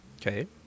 Okay